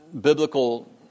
biblical